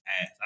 ass